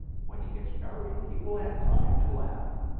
when he gets married, he will have time to laugh.